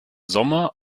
sommer